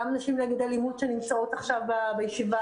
גם נשים נגד אלימות שנמצאות עכשיו בישיבה,